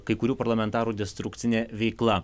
kai kurių parlamentarų destrukcinė veikla